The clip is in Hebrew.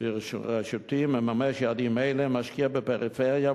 בראשותי מממש יעדים אלה ומשקיע בפריפריה,